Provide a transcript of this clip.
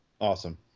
awesome